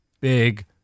Big